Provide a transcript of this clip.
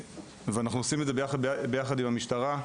אנחנו עושים את זה ביחד עם המשטרה,